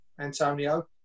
Antonio